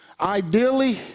Ideally